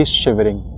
shivering